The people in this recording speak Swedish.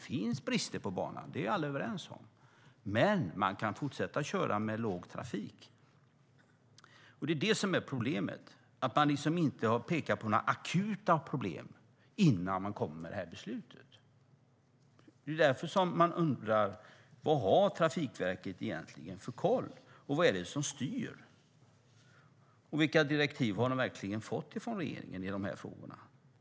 Det finns brister på banan, det är alla överens om, men man kan fortsätta att köra på den med låg trafik. Problemet är att Trafikverket inte hade pekat på några akuta problem innan de kom med beslutet. Därför är frågan vad Trafikverket egentligen har för koll och vad det är som styr. Vilka direktiv har de fått av regeringen i de här frågorna?